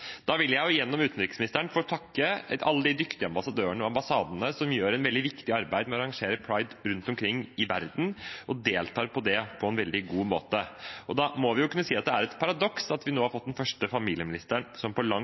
Jeg vil gjennom utenriksministeren få takke alle de dyktige ambassadørene og ambassadene som gjør et veldig viktig arbeid med å arrangere Pride rundt omkring i verden og deltar på det på en veldig god måte. Da må vi kunne si at det er et paradoks at vi nå har fått den første familieministeren på lang tid som sier at han ikke vil være med på